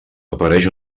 apareix